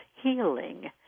healing